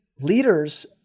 leaders